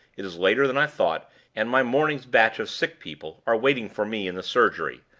it is later than i thought and my morning's batch of sick people are waiting for me in the surgery.